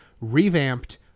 revamped